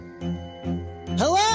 Hello